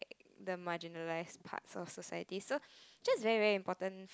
the marginalized part of society so just very very important